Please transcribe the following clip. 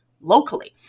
locally